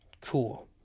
cool